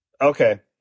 okay